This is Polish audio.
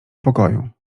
pokoju